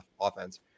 offense